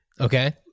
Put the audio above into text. Okay